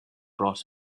brought